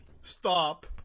stop